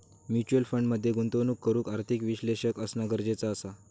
mutual fund मध्ये गुंतवणूक करूक आर्थिक विश्लेषक असना गरजेचा असा